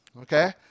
okay